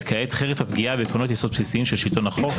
כעת חרף הפגיעה בעקרונות יסוד בסיסיים של שלטון החוק,